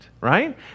right